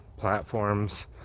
platforms